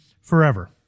forever